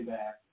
back